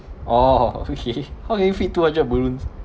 oh okay how can you fit two hundred balloons